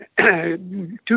Two